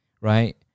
right